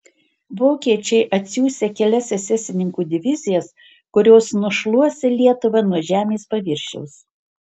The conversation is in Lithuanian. vokiečiai atsiųsią kelias esesininkų divizijas kurios nušluosią lietuvą nuo žemės paviršiaus